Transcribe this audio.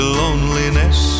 loneliness